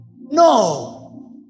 No